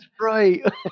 right